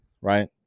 right